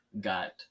got